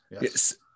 yes